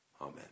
Amen